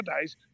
days